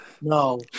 No